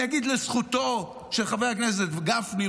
אני אגיד לזכותו של חבר הכנסת גפני,